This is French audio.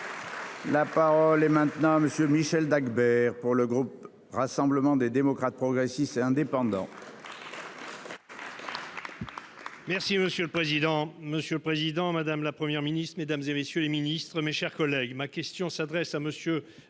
La parole est à M. Michel Dagbert, pour le groupe Rassemblement des démocrates, progressistes et indépendants.